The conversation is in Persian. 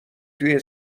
توی